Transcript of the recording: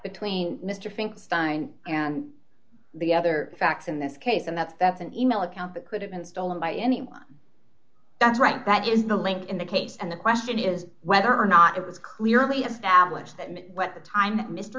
between mr finkelstein and the other facts in this case and that's that's an e mail account that could have been stolen by any that's right that is the link in the case and the question is whether or not it was clearly established that the time